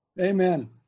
Amen